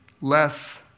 less